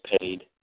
paid